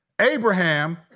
Abraham